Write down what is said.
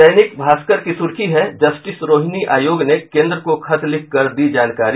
दैनिक भास्कर की सूर्खी है जस्टिस रोहिणी आयोग ने केंद्र को खत लिखकर दी जानकारी